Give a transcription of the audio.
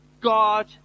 God